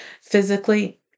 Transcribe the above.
physically